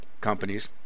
companies